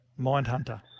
Mindhunter